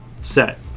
set